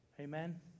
Amen